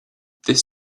this